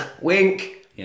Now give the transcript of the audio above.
wink